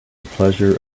pleasure